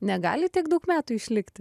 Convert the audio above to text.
negali tiek daug metų išlikti